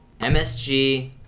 MSG